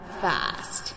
fast